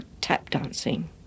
tap-dancing